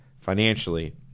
financially